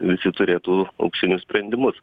visi turėtų auksinius sprendimus